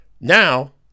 Now